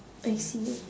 I see